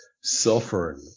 suffering